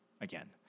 again